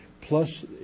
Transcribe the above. plus